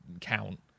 count